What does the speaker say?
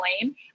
flame